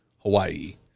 Hawaii